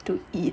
to eat